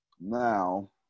now